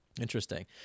Interesting